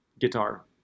guitar